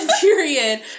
period